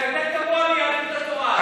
אתה יותר גרוע מיהדות התורה.